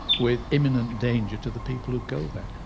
with imminent danger to the people who go there?